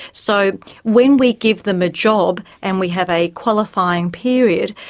so when we give them a job and we have a qualifying period,